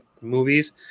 movies